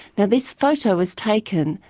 now this photo was taken,